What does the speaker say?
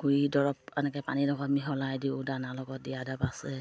গুড়ি দৰৱ এনেকৈ পানী লগত মিহলাই দিওঁ দানাৰ লগত দিয়া দাপ আছে